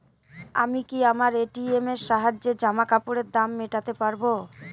আমি কি আমার এ.টি.এম এর সাহায্যে জামাকাপরের দাম মেটাতে পারব?